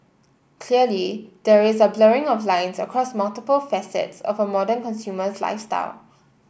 clearly there is a blurring of lines across multiple facets of a modern consumer's lifestyle